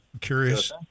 curious